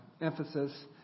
emphasis